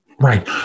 Right